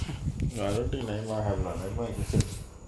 ya I don't think neyma have lah neyma innocence